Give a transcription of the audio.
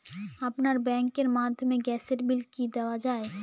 আপনার ব্যাংকের মাধ্যমে গ্যাসের বিল কি দেওয়া য়ায়?